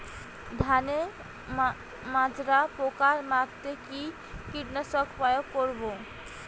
ধানের মাজরা পোকা মারতে কি কীটনাশক প্রয়োগ করব?